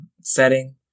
setting